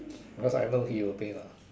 because I know he will pay lah